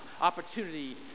opportunity